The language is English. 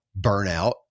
burnout